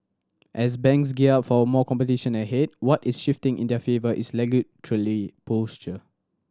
as banks gear up for more competition ahead what is shifting in their favour is posture